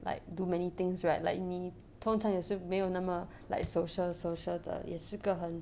like do many things right like 你通常也是没有那么 like social social 的也是个很